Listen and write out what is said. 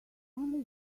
only